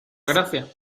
gracia